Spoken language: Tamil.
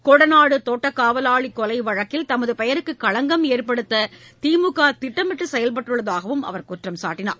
கொடநாடு தோட்டக் காவலாளி கொலை வழக்கில் தமது பெயருக்கு களங்கம் ஏற்படுத்த திமுக திட்டமிட்டு செயல்பட்டுள்ளதாக குற்றம் சாட்டினார்